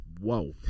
Whoa